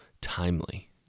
timely